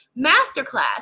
masterclass